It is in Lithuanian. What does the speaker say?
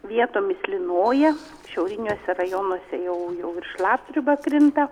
vietomis lynoja šiauriniuose rajonuose jau jau ir šlapdriba krinta